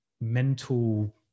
mental